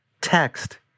text